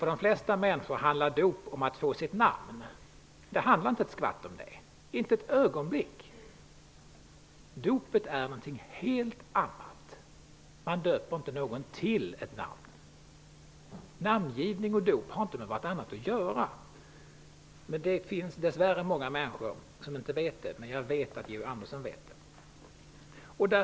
För de flesta människor handlar dop om att få sitt namn, men det handlar inte ett ögonblick om det. Dopet är någonting helt annat. Man döper inte någon till ett namn. Namngivning och dop har inte med varandra att göra. Det finns dess värre många människor som inte vet det, men Georg Andersson vet det.